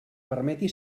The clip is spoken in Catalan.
permeti